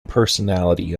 personality